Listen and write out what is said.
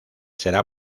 será